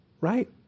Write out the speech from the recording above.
Right